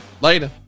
later